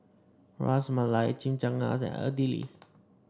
Ras Malai Chimichangas and Idili